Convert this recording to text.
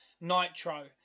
Nitro